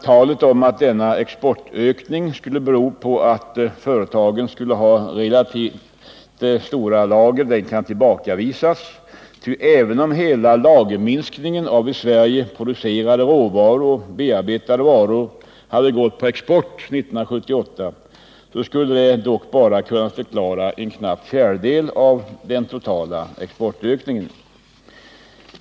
Talet om att denna exportökning skulle bero på att företagen skulle ha relativt stora lager kan tillbakavisas, ty även om hela lagerminskningen av i Sverige producerade råvaror och bearbetade varor hade gått på export 1978 skulle detta dock bara kunnat förklara en knapp fjärdedel av den totala exportökningen.